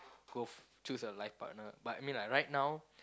go choose a life partner but I mean like right now